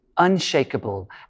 unshakable